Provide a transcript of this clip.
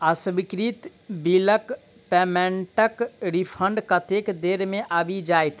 अस्वीकृत बिलक पेमेन्टक रिफन्ड कतेक देर मे आबि जाइत?